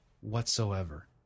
whatsoever